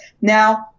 Now